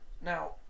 Now